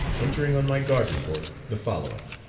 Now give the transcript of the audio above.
entering on my guard report the following,